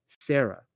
Sarah